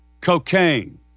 cocaine